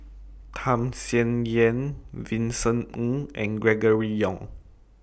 Tham Sien Yen Vincent Ng and Gregory Yong